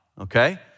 okay